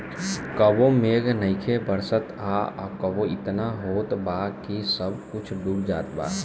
कबो मेघ नइखे बरसत आ कबो एतना होत बा कि सब कुछो डूब जात बा